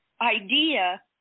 idea